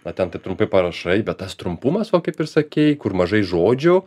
na ten taip trumpai parašai bet tas trumpumas va kaip ir sakei kur mažai žodžių